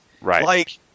Right